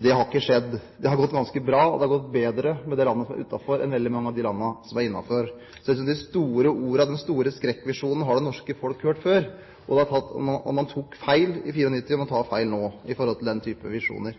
Det har ikke skjedd. Det har gått ganske bra; det har gått bedre med de landene som er utenfor, enn med veldig mange av de landene som er innenfor. Så de store ordene og de store skrekkvisjonene har det norske folket hørt og sett for seg før. Man tok feil i 1994, og man tar feil nå når det gjelder den typen visjoner.